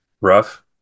rough